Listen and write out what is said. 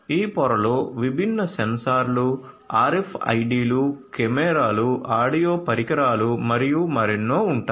ఈ పొరలో విభిన్న సెన్సార్లు RFID లు కెమెరాలు ఆడియో పరికరాలు మరియు మరెన్నో ఉంటాయి